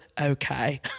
okay